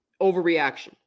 overreaction